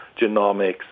genomics